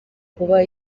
kuba